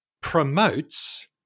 promotes